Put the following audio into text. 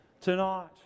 tonight